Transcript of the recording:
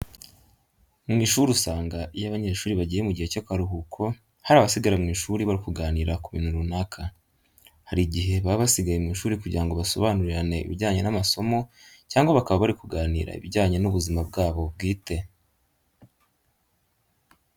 Mu ishuri usanga iyo abanyeshuri bagiye mu gihe cy'akaruhuko hari abasigara mu ishuri bari kuganira ku bintu runaka. Hari igihe baba basigaye mu ishuri kugira ngo basobanurirane ibijyanye n'amasomo cyangwa bakaba bari kuganira ibijyanye n'ibuzima bwabo bwite.